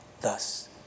thus